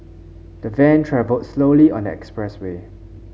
the van travelled slowly on the expressway